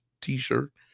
T-shirt